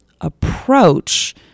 approach